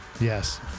Yes